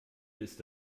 ist